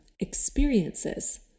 experiences